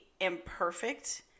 imperfect